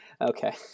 Okay